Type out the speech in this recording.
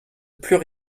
plus